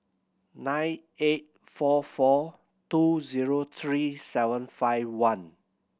nine eight four four two zero three seven five one